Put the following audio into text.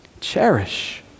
Cherish